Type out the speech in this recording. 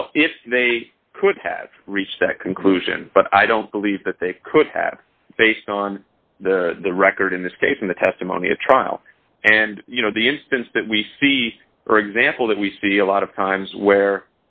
well if they could have reached that conclusion but i don't believe that they could have based on the record in this case in the testimony at trial and you know the instance that we see for example that we see a lot of times where